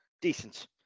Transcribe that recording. decent